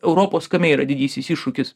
europos kame yra didysis iššūkis